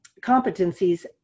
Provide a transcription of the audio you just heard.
competencies